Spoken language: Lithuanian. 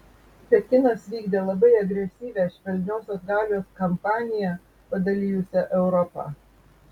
pekinas vykdė labai agresyvią švelniosios galios kampaniją padalijusią europą